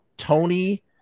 Tony